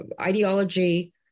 ideology